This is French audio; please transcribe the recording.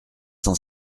cent